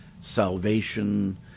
salvation